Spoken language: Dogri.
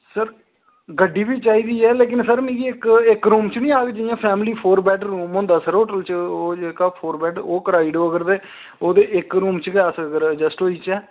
सर गड्डी बी चाहिदी ऐ लेकिन सर मिगी इक रूम च निं औग जि'यां फैमिली फोर बैड रूम होंदा सर होटल च ओह् जेह्का फोर बैड रूम ओह् कराई ओड़ो अगर ते ओहदे इक च अस अगर एडजस्ट होई जाह्चै